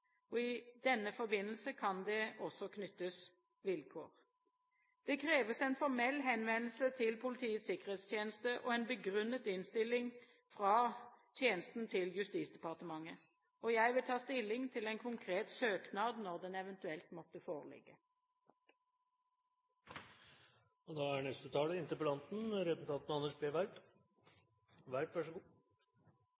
interesser. I denne forbindelse kan det også knyttes vilkår. Det kreves en formell henvendelse til Politiets sikkerhetstjeneste og en begrunnet innstilling fra tjenesten til Justisdepartementet. Jeg vil ta stilling til en konkret søknad når den eventuelt måtte foreligge.